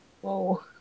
Whoa